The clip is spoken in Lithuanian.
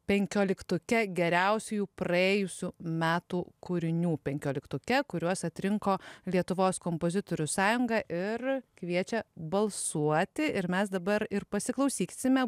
penkioliktuke geriausiųjų praėjusių metų kūrinių penkioliktuke kuriuos atrinko lietuvos kompozitorių sąjunga ir kviečia balsuoti ir mes dabar ir pasiklausysime